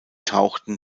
tauchten